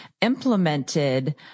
implemented